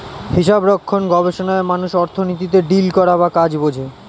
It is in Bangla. হিসাবরক্ষণ গবেষণায় মানুষ অর্থনীতিতে ডিল করা বা কাজ বোঝে